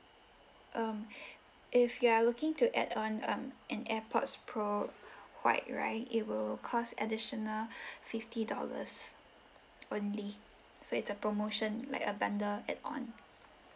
um if you are looking to add on um an airpods pro white right it will cost additional fifty dollars only so it's a promotion like a bundle add on